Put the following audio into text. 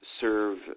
serve